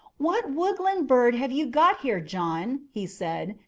what woodland bird have you got here, john? he said.